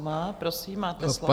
Má. Prosím, máte slovo.